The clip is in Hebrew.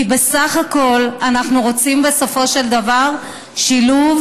כי בסך הכול אנחנו רוצים בסופו של דבר שילוב